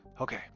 Okay